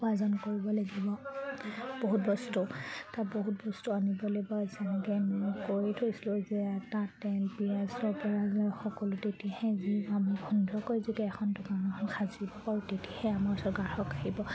উপাৰ্জন কৰিব লাগিব বহুত বস্তু তাত বহুত বস্তু আনিব লাগিব যেনেকৈ মই কৰি থৈছিলোঁ যে আটা তেল পিঁয়াজৰপৰা সকলো তেতিয়াহে যি আমি সুন্দৰকৈ যদি এখন দোকানখন সাজিব পাৰোঁ তেতিয়াহে আমাৰ ওচৰত গ্ৰাহক আহিব